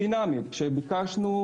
THC,